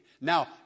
Now